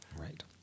Right